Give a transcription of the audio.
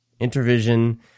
Intervision